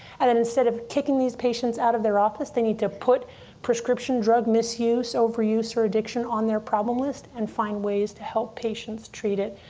and and instead of kicking these patients out of their office, they need to put prescription drug misuse, overuse, or addiction on their problem list and find ways to help patients treat it,